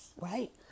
right